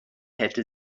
hätte